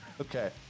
Okay